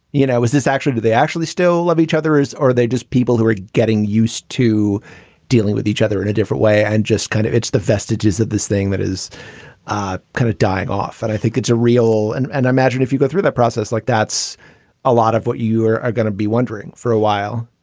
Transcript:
you know, was this actually do they actually still love each other? is or are they just people who are getting used to dealing with each other in a different way and just kind of it's the vestiges of this thing that is kind of dying off. and i think it's a real and and i imagine if you go through that process, like that's a lot of what you are are going to be wondering for a while.